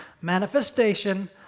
manifestation